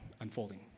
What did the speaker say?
unfolding